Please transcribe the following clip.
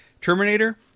Terminator